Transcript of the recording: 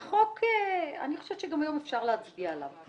החוק, אני חושבת שגם היום אפשר להצביע עליו.